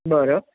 बरं